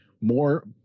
more